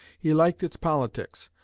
he liked its politics,